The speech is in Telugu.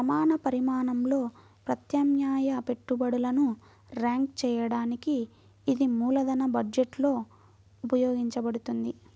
సమాన పరిమాణంలో ప్రత్యామ్నాయ పెట్టుబడులను ర్యాంక్ చేయడానికి ఇది మూలధన బడ్జెట్లో ఉపయోగించబడుతుంది